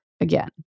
again